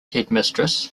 headmistress